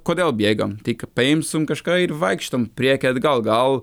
kodėl bėgam tik paimsim kažką ir vaikštom priekio atgal gal